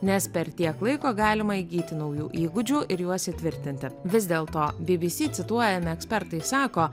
nes per tiek laiko galima įgyti naujų įgūdžių ir juos įtvirtinti vis dėl to bbc cituojami ekspertai sako